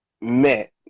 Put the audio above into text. met